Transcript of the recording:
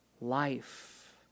life